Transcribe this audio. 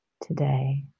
today